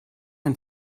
ein